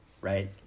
right